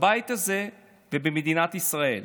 בבית הזה ובמדינת ישראל.